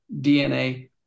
DNA